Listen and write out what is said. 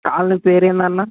colony పేరేందన్న